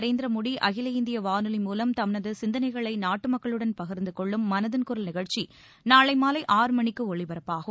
நரேந்திர மோடி அகில இந்திய வானொலி மூலம் தனது சிந்தனைகளை நாட்டு மக்களுடன் பகிர்ந்து கொள்ளும் மனதின் குரல் நிகழ்ச்சி நாளை மாலை ஒலிபரப்பாகும்